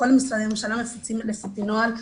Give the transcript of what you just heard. כל משרדי הממשלה מפיצים לפי נוהל,